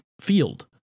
field